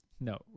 No